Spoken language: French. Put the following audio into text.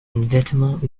vêtement